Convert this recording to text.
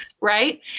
right